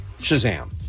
Shazam